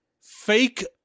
fake